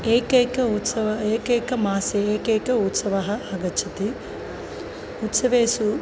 एकैकः उत्सवः एकैके मासे एकैकः उत्सवः आगच्छति उत्सवेषु